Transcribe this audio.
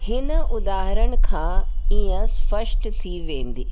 हिन उधारण खां ईअं स्पष्ट थी वेंदी